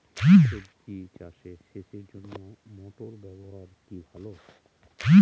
সবজি চাষে সেচের জন্য মোটর ব্যবহার কি ভালো?